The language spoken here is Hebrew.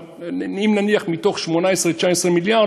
אם נניח מ-19-18 מיליארד